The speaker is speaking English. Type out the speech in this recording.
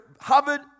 hovered